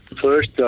first